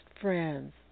friends